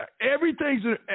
everything's